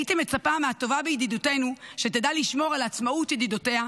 הייתי מצפה הטובה בידידותינו שתדע לשמור על עצמאות ידידותיה,